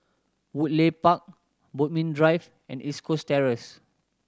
Woodleigh Park Bodmin Drive and East Coast Terrace